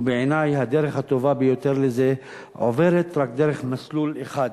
ובעיני הדרך הטובה ביותר לזה עוברת רק דרך מסלול אחד,